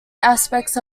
aspects